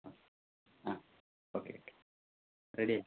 okay ആ okay okay ready ആയി ഇരിക്ക്